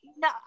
No